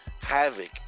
Havoc